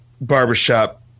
barbershop